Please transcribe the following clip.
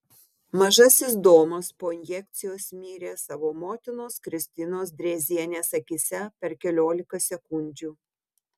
mažasis domas po injekcijos mirė savo motinos kristinos drėzienės akyse per keliolika sekundžių